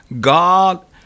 God